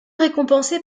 récompensé